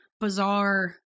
bizarre